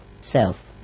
self